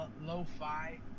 lo-fi